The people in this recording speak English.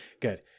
good